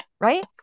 right